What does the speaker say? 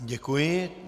Děkuji.